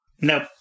Nope